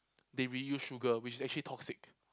they reused sugar which actually toxic